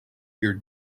your